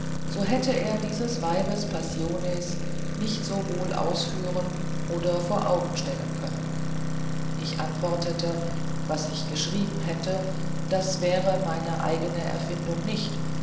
so hätte er dieses weibes passiones nicht so wohl ausführen oder vor augen stellen können ich antwortete was ich geschrieben hätte das wäre meine eigne erfindung nicht